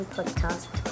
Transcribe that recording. Podcast